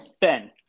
Ben